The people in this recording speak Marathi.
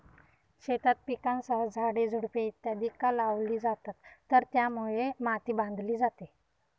शेतात पिकांसह झाडे, झुडपे इत्यादि का लावली जातात तर त्यामुळे माती बांधली जाते